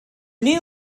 new